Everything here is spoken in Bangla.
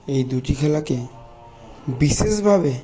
এই দুটি খেলাকে বিশেষভাবে